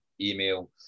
Email